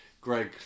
Greg